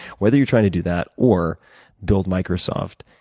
whether you're trying to do that or build microsoft,